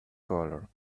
color